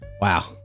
Wow